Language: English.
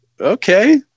okay